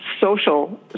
social